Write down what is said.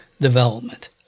development